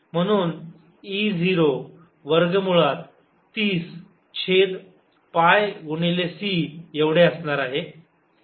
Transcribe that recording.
म्हणून E0 वर्ग मुळात 30 छेद पाय गुणिले c एवढे असणार आहे